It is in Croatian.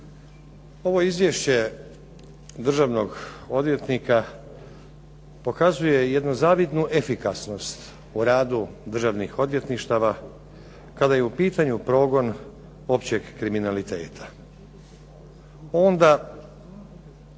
Ovo izvješće državnog odvjetnika pokazuje jednu zavidnu efikasnost u radu državnih odvjetništva kada je u pitanju progon općeg kriminaliteta.